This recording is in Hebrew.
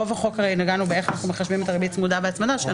ברוב החוק נגענו איך אנחנו מחשבים את הריבית הצמודה והצמדה.